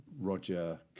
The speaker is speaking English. Roger